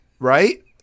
Right